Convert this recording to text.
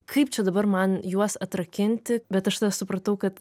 kaip čia dabar man juos atrakinti bet aš tada supratau kad